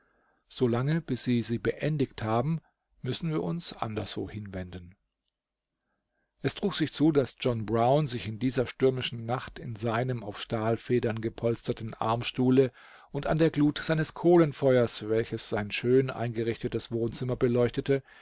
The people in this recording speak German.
solange bis sie sie beendigt haben müssen wir uns anderswo hinwenden es trug sich zu daß john brown sich in dieser stürmischen nacht in seinem auf stahlfedern gepolsterten armstuhle und an der glut seines kohlenfeuers welches sein schön eingerichtetes wohnzimmer beleuchtete